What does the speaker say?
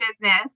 business